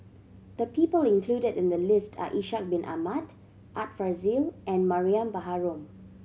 the people included in the list are Ishak Bin Ahmad Art Fazil and Mariam Baharom